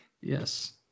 Yes